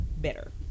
better